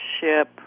ship